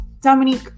Dominique